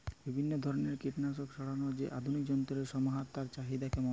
বিভিন্ন ধরনের কীটনাশক ছড়ানোর যে আধুনিক যন্ত্রের সমাহার তার চাহিদা কেমন?